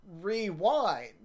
Rewind